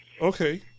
Okay